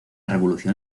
revolución